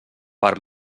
per